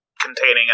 containing